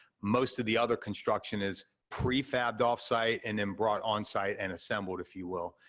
most of the other construction is pre-fabbed off-site and then brought on-site and assembled, if you will.